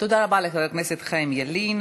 תודה רבה לחבר הכנסת חיים ילין.